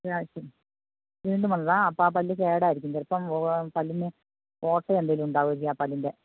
അത് ശരി വീണ്ടും വന്നതാണ് ആ അപ്പോൾ ആ പല്ല് കേടായിരിക്കും ചിലപ്പം പല്ലിന് ഓട്ട എന്തേലും ഉണ്ടാകും പല്ലിൻ്റെ